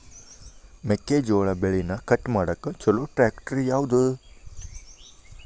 ಮೆಕ್ಕೆ ಜೋಳ ಬೆಳಿನ ಕಟ್ ಮಾಡಾಕ್ ಛಲೋ ಟ್ರ್ಯಾಕ್ಟರ್ ಯಾವ್ದು?